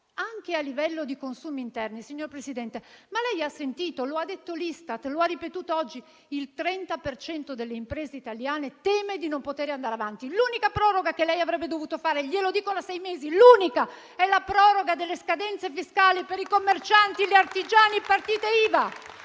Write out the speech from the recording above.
Anche a livello di consumi interni, signor Presidente, lei ha sentito - lo ha ripetuto oggi l'Istat - che il 30 per cento delle imprese italiane teme di non poter andare avanti. L'unica proroga che lei avrebbe dovuto fare, glielo dico da sei mesi, è la proroga delle scadenze fiscali per i commercianti, gli artigiani e le partite IVA,